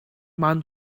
man